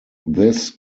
this